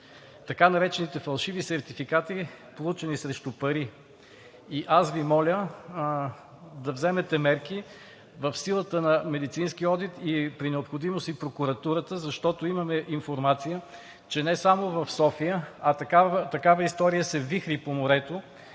така наречените фалшиви сертификати, получени срещу пари. Аз Ви моля да вземете мерки. В силата на медицинския одит, при необходимост и прокуратурата, защото имаме информация, че не само в София, а такава история се вихри по морето